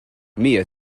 mia